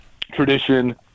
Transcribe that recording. tradition